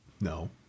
No